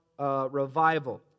revival